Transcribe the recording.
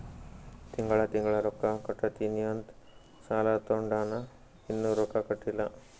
ತಿಂಗಳಾ ತಿಂಗಳಾ ರೊಕ್ಕಾ ಕಟ್ಟತ್ತಿನಿ ಅಂತ್ ಸಾಲಾ ತೊಂಡಾನ, ಇನ್ನಾ ರೊಕ್ಕಾ ಕಟ್ಟಿಲ್ಲಾ